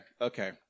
okay